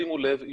שימו לב,